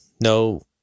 no